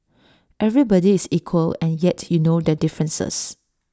everybody is equal and yet you know their differences